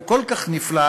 הוא כל כך נפלא,